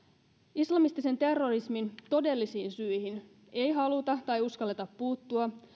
islamistisen terrorismin todellisiin syihin ei haluta tai uskalleta puuttua